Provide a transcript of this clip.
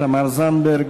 תמר זנדברג,